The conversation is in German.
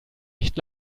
nicht